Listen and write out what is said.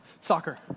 soccer